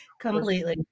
Completely